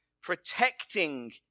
protecting